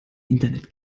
internet